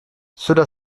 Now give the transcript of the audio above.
cela